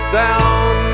down